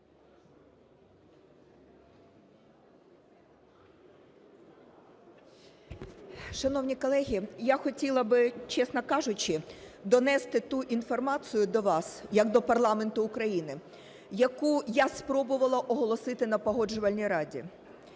Шановні колеги, я хотіла б, чесно кажучи, донести ту інформацію до вас як до парламенту України, яку я спробувала оголосити на Погоджувальній раді.